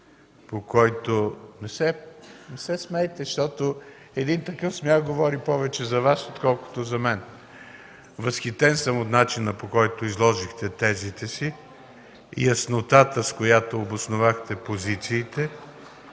на ГЕРБ.) Не се смейте! Един такъв смях говори повече за Вас, отколкото за мен. Възхитен съм от начина, по който изложихте тезите си и яснотата, с която обосновахте позициите,